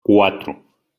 cuatro